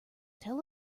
tell